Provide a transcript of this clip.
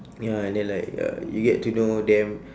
ya and then like uh you get to know them